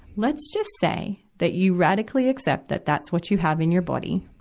let's just say that you radically accept that that's what you have in your body,